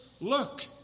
Look